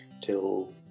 till